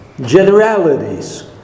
generalities